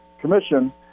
Commission